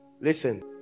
Listen